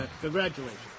Congratulations